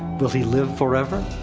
will he live forever?